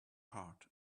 heart